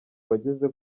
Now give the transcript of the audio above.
wageze